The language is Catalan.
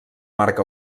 marc